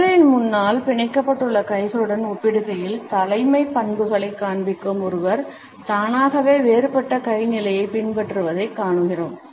உடலின் முன்னால் பிணைக்கப்பட்டுள்ள கைகளுடன் ஒப்பிடுகையில் தலைமைப் பண்புகளைக் காண்பிக்கும் ஒருவர் தானாகவே வேறுபட்ட கை நிலையைப் பின்பற்றுவதைக் காண்கிறோம்